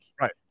right